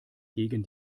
gegen